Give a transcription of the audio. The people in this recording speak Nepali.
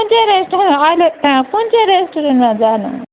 कुन चाहिँ रेस्टुरेन्ट अहिले कहाँ कुन चाहिँ रेस्टुरेन्टमा जानु